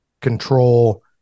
control